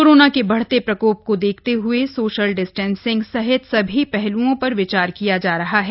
corona के बढ़ते प्रकोप को देखते हए सोशल डिस्टेंसिंग सहित सभी पहल्ओं पर विचार किया जा रहा है